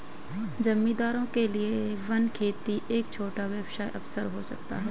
जमींदारों के लिए वन खेती एक छोटा व्यवसाय अवसर हो सकता है